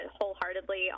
wholeheartedly